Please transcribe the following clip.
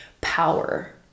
Power